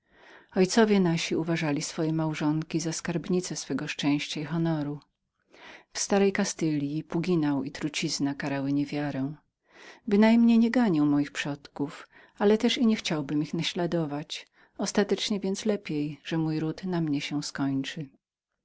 ojcowie nasi składali w swoich małżonkach skarbnice ich szczęścia i honoru w starej kastylji puginał i trucizna karały niewiarę bynajmniej nie ganię moich przodków z drugiej strony niechciałbym ich naśladować ostatecznie więc lepiej że mój ród na mnie się skończy